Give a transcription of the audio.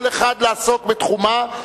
כל אחת לעסוק בתחומה.